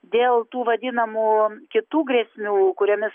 dėl tų vadinamų kitų grėsmių kuriomis